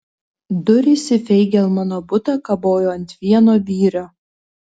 durys į feigelmano butą kabojo ant vieno vyrio